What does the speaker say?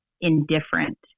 indifferent